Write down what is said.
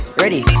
ready